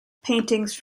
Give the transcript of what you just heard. paintings